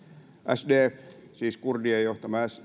sdf siis kurdien johtama